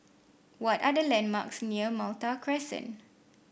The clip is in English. what are the landmarks near Malta Crescent